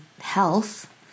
health